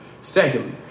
Secondly